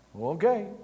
Okay